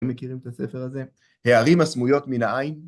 מכירים את הספר הזה? הערים הסמויות מן העין?